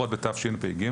לפחות בתשפ"ג,